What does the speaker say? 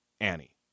Annie